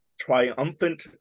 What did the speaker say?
Triumphant